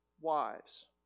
wives